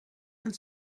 and